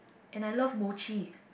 and I love mochi